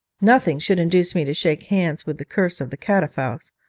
nothing should induce me to shake hands with the curse of the catafalques,